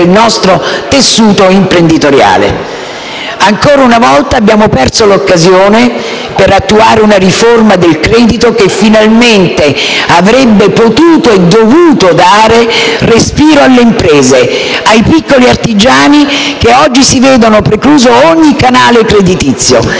del nostro tessuto imprenditoriale. Ancora una volta abbiamo perso l'occasione per attuare una riforma del credito che, finalmente, avrebbe potuto e dovuto dare respiro alle imprese e ai piccoli artigiani che oggi si vedono precluso ogni canale creditizio.